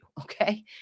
okay